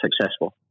successful